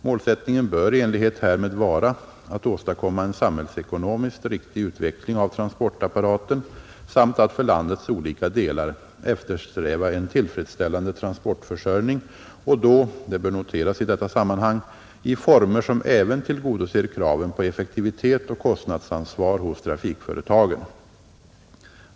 Målsättningen bör i enlighet härmed vara att åstadkomma en samhällsekonomiskt riktig utveckling av transportapparaten samt att för landets olika delar eftersträva en tillfredsställande transportförsörjning och då — det bör noteras i detta sammanhang — i former som även tillgodoser kraven på effektivitet och kostnadsansvar hos trafikföretagen.